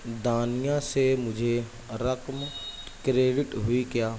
دانیہ سے مجھے رقم کریڈٹ ہوئی کیا